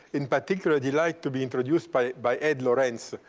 in particular, a delight to be introduced by by ed lorenz.